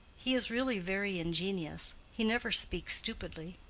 he is really very ingenious. he never speaks stupidly.